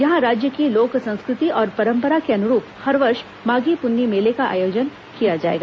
यहां राज्य की लोक संस्कृति और परम्परा के अनुरूप हर वर्ष माधी पुन्नी मेले का आयोजन किया जाएगा